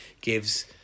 gives